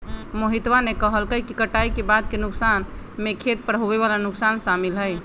मोहितवा ने कहल कई कि कटाई के बाद के नुकसान में खेत पर होवे वाला नुकसान शामिल हई